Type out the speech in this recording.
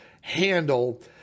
handle